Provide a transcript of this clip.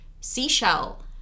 Seashell